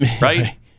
right